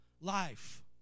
life